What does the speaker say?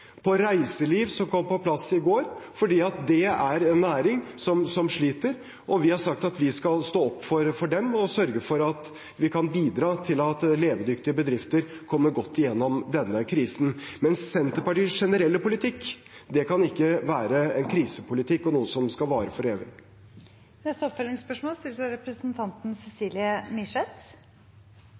på reiseliv, som kom på plass går, fordi det er en næring som sliter. Vi har sagt at vi skal stå opp for dem og sørge for at vi kan bidra til at levedyktige bedrifter kommer godt igjennom denne krisen. Men Senterpartiets generelle politikk kan ikke være en krisepolitikk og noe som skal vare for evig. Cecilie Myrseth – til oppfølgingsspørsmål.